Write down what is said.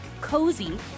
COZY